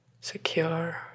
secure